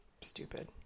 Stupid